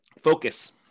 Focus